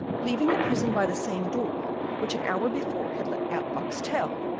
leaving the prison by the same door which an hour before had let out boxtel,